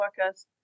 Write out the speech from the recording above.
workers